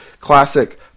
classic